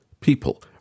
People